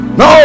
no